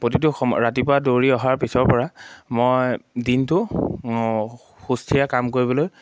প্ৰতিটো সম ৰাতিপুৱা দৌৰি অহাৰ পিছৰ পৰা মই দিনটো সুস্থিৰে কাম কৰিবলৈ